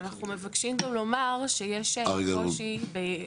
מבקשים גם לומר שיש קושי,